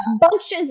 bunches